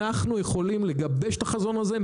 אנחנו יכולים לגבש את החזון הזה.